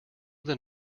than